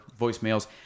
voicemails